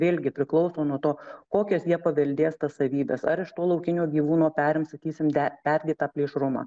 vėlgi priklauso nuo to kokias jie paveldės tas savybes ar iš to laukinio gyvūno perims sakysim perdėtą plėšrumą